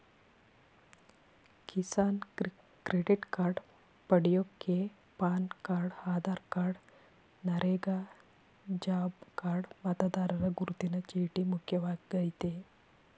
Kisan credit card ಪಡ್ಯೋಕೆ PAN card Aadhaar card NREGA job card ಮತದಾರರ ಗುರುತಿನ ಚೀಟಿ ಮುಖ್ಯವಾಗಯ್ತೆ